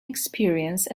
experience